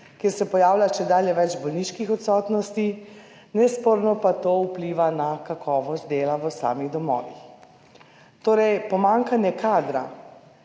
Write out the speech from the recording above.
kjer se pojavlja čedalje več bolniških odsotnosti, nesporno pa to vpliva na kakovost dela v samih domovih. Torej, pomanjkanje kadra,